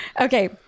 okay